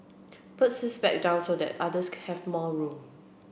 puts his bag down so that others have more room